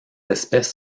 espèces